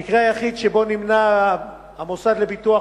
המקרה היחיד שבו נמנע המוסד לביטוח